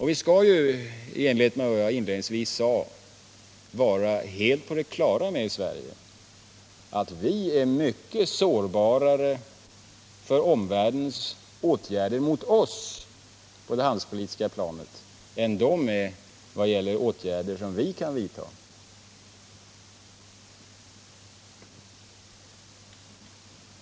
Vi skall ju, i enlighet med vad jag inledningsvis sade, i Sverige vara helt på det klara med att vi är mycket sårbarare för omvärldens åtgärder mot oss på det handelspolitiska planet än omvärlden är vad gäller åtgärder som vi kan vidta.